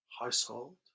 household